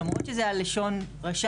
למרות שזה היה לשון רשאי,